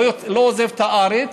הוא לא עוזב את הארץ,